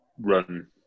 run